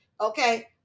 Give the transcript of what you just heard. okay